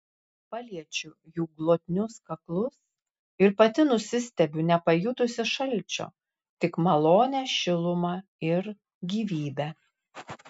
paliečiu jų glotnius kaklus ir pati nusistebiu nepajutusi šalčio tik malonią šilumą ir gyvybę